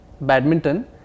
badminton